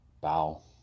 bow